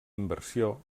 inversió